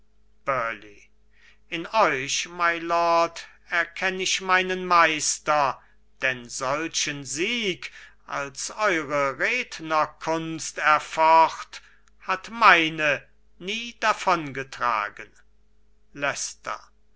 in euch mylord erkenn ich meinen meister denn solchen sieg als eure rednerkunst erfocht hat meine nie davongetragen